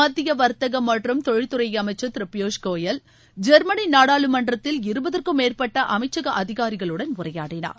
மத்தியவர்த்தகமற்றும் தொழில்துறைஅமைச்சர் திருபிபூஷ் கோயல் ஜெர்மனிநாடாளுமன்றத்தில் இருபதுக்கும் மேற்பட்டஅமைச்சகஅதிகாரிகளுடன் உரையாடினார்